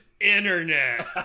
Internet